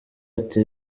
ati